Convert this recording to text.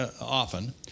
often